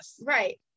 right